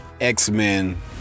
X-Men